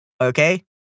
Okay